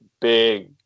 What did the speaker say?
big